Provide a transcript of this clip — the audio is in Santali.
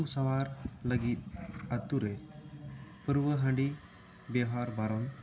ᱟᱹᱛᱩ ᱥᱟᱶᱟᱨ ᱞᱟᱹᱜᱤᱫ ᱟᱹᱛᱩ ᱨᱮ ᱯᱟᱹᱨᱣᱟᱹ ᱦᱟᱺᱰᱤ ᱵᱮᱣᱦᱟᱨ ᱵᱟᱨᱚᱱ